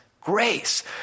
grace